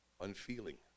unfeeling